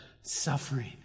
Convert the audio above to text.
suffering